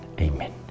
Amen